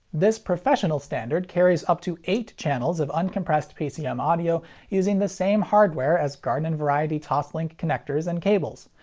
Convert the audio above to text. this professional standard carries up to eight channels of uncompressed pcm audio using the same hardware as garden variety toslink connectors and cables,